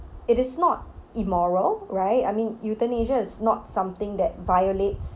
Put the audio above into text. it is not immoral right I mean euthanasia is not something that violates